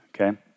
okay